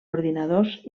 ordinadors